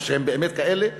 או שהם באמת כאלה,